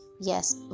yes